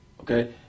Okay